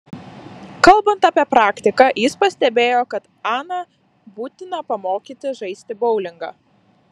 kalbant apie praktiką jis pastebėjo kad aną būtina pamokyti žaisti boulingą